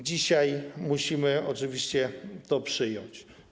Dzisiaj musimy oczywiście to przyjąć.